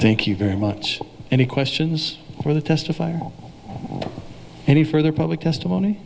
thank you very much any questions for the testify or any further public testimony